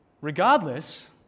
Regardless